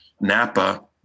Napa